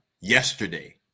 yesterday